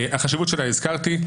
את החשיבות שלה הזכרתי.